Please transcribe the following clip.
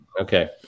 Okay